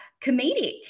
comedic